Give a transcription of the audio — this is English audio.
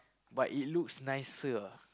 but it looks nicer lah